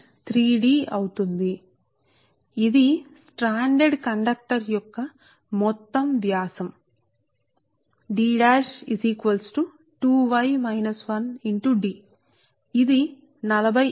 కాబట్టి ఇది strandaded conductor D' యొక్క మొత్తం వ్యాసం D is equal to 2 y minus 1 into D కు సమానం అంటే D' D